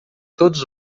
todos